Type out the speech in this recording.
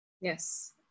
yes